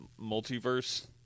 multiverse